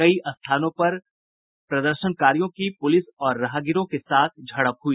कई स्थानों पर प्रदर्शनकारियों की प्रलिस और राहगीरों के साथ झड़प हुई